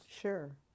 Sure